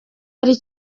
ari